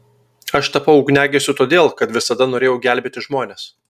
aš tapau ugniagesiu todėl kad visada norėjau gelbėti žmones